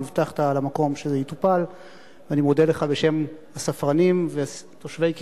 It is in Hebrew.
אני מודה לך, גברתי.